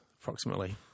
Approximately